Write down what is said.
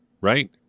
right